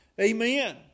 Amen